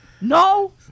No